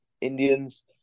Indians